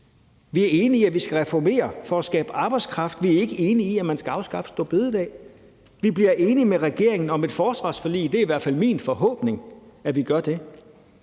Vi er enige i, at vi skal reformere for at skabe arbejdskraft; vi er ikke enige i, at man skal afskaffe store bededag. Vi bliver enige med regeringen om et forsvarsforlig – det er i hvert fald min forhåbning, at vi gør det.